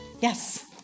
Yes